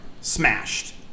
smashed